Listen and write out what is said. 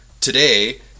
today